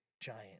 giant